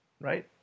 right